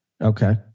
Okay